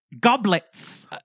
goblets